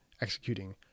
executing